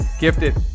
Gifted